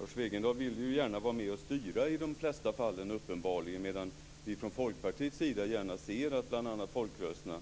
Lars Wegendal vill ju uppenbarligen gärna vara med och styra i de flesta fallen, medan vi från Folkpartiets sida gärna ser att bl.a. folkrörelserna